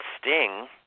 sting